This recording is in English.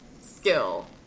skill